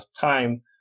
time